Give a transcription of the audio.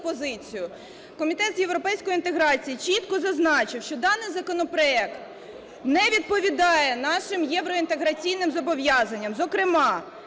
Комітет з європейської інтеграції чітко зазначив, що даний законопроект не відповідає нашим євроінтеграційним зобов'язанням, зокрема